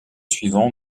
suivants